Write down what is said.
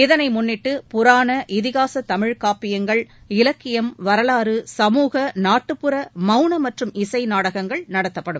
இதனை முன்னிட்டு புராண இதிகாச தமிழ் காப்பியங்கள் இலக்கியம் வரலாறு சமுக நாட்டுப்புற மௌன மற்றும் இசை நாடகங்கள் நடத்தப்படும்